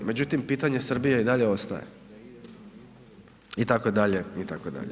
Međutim, pitanje Srbije i dalje ostaje, itd., itd.